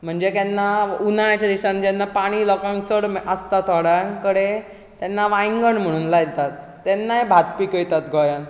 म्हणजे केन्ना उनाळ्याच्या दिसांनी जेन्ना पाणी लोकांक चड आसता थोड्या कडेन तेन्ना वांयगण म्हणून लायतात तेन्नाय भात पिकयतात गोंयांत